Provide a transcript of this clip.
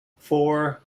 four